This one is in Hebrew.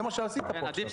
זה מה שעשית פה עכשיו.